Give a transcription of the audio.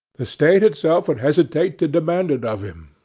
the state itself would hesitate to demand it of him.